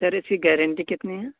سر اس کی گارنٹی کتنی ہیں